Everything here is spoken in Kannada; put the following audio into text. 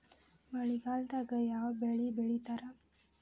ಮಳೆಗಾಲದಾಗ ಯಾವ ಬೆಳಿ ಬೆಳಿತಾರ?